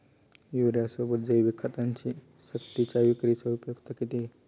युरियासोबत जैविक खतांची सक्तीच्या विक्रीची उपयुक्तता किती?